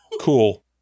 Cool